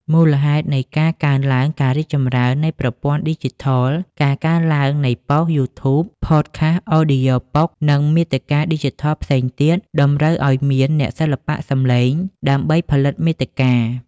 មូលហេតុនៃការកើនឡើងការរីកចម្រើននៃប្រព័ន្ធឌីជីថល ការកើនឡើងនៃប៉ុស្តិ៍ យូធូប ផតខាស់ អូឌីយ៉ូប៊ុក និងមាតិកាឌីជីថលផ្សេងទៀត តម្រូវឲ្យមានអ្នកសិល្បៈសំឡេងដើម្បីផលិតមាតិកា។